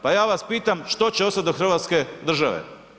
Pa ja vas pitam, što će ostati od hrvatske države?